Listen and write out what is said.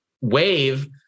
wave